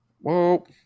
Whoa